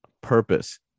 purpose